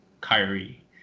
Kyrie